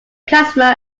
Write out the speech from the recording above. customer